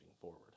forward